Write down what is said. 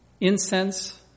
Incense